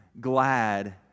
glad